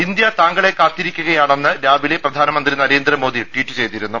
India താങ്കളെ കാത്തിരിക്കുകയാണെന്ന് രാവിലെ പ്രധാനമന്ത്രി നരേന്ദ്ര മോദി ട്വീറ്റ് ചെയ്തിരുന്നു